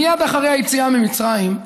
מייד לאחר היציאה ממצרים,